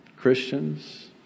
Christians